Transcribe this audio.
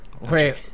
Wait